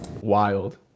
wild